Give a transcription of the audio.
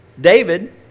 David